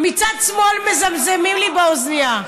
מצד שמאל מזמזמים לי באוזנייה.